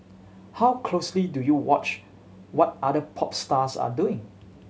how closely do you watch what other pop stars are doing